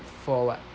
for what